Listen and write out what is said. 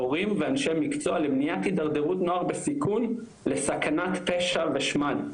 הורים ואנשי מקצוע למניעת הידרדרות נוער בסיכון לסכנת פשע ושמד.